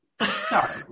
sorry